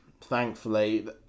Thankfully